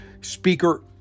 Speaker